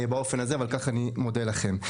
באופן הזה, ועל כך אני מודה לכם.